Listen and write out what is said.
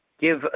give